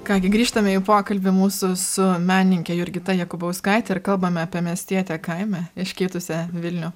ką gi grįžtame į pokalbį mūsų su menininke jurgita jakubauskaite ir kalbame apie miestietę kaime iškeitusią vilnių